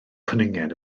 cwningen